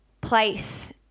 place